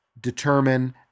determine